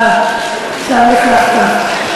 עכשיו לכלכת.